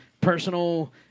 personal